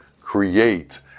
create